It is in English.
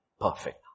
perfect